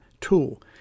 tool